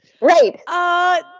Right